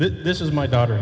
this is my daughter